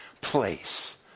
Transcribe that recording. place